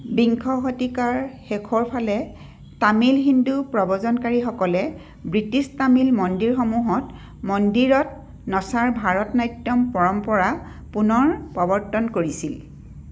বিংশ শতিকাৰ শেষৰ ফালে তামিল হিন্দু প্ৰব্ৰজনকাৰীসকলে ব্ৰিটিছ তামিল মন্দিৰসমূহত মন্দিৰত নচাৰ ভাৰতনাট্যম পৰম্পৰা পুনৰ প্ৰৱৰ্তন কৰিছিল